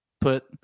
put